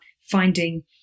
finding